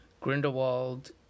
Grindelwald